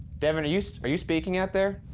devon, are you so are you speaking out there?